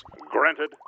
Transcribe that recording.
Granted